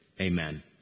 Amen